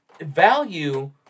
value